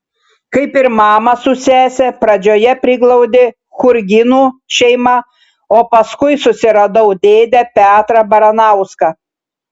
kaip ir mamą su sese pradžioje priglaudė churginų šeima o paskui susiradau dėdę petrą baranauską